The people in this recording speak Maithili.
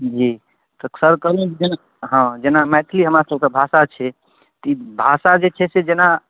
जी तऽ सर कहलहुँ जेना हँ जेना मैथिली हमरासबके भाषा छी तऽ ई भाषा जे छै से जेना